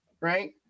right